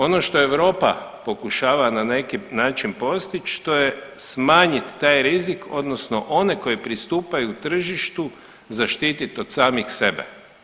Ono što Europa pokušava na neki način postić to je smanjit taj rizik odnosno one koji pristupaju tržištu zaštitit od samih sebe.